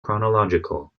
chronological